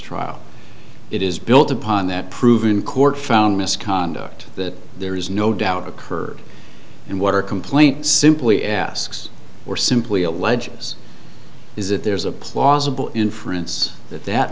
trial it is built upon that prove in court found misconduct that there is no doubt occurred and what her complaint simply asks were simply alleges is that there's a plausible inference that